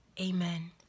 Amen